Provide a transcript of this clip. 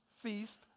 feast